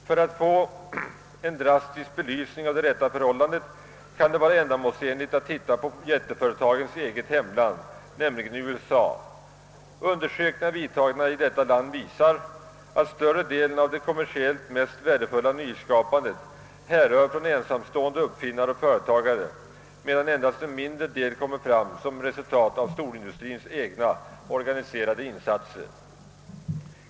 För att få en drastisk belysning av det rätta förhållandet kan det vara ändamålsenligt att titta på jätteföretagens hemland, nämligen USA. Undersökningar vidtagna i detta land visar att större delen av det kommersiellt mest värdefulla nyskapandet härrör från ensamstående uppfinnare och företagare, medan endast en mindre del kommer fram som resultat av storindustriens egna organiserade insatser.